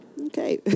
Okay